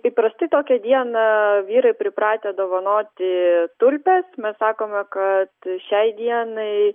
įprastai tokią dieną vyrai pripratę dovanoti tulpes mes sakome kad šiai dienai